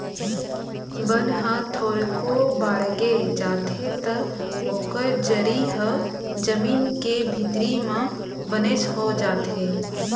बन ह थोरको बाड़गे जाथे त ओकर जरी ह जमीन के भीतरी म बनेच हो जाथे